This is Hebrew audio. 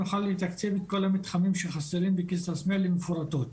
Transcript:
נוכל לתקצב את כל המתחמים שחסרים בכסרא סמיע למפורטות.